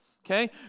Okay